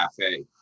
cafe